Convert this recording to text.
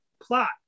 plot